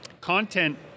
content